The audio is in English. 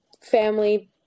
family